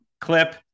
Clip